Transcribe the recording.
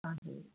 हजुर